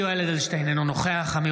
(קורא בשמות חברי הכנסת) יולי יואל אדלשטיין,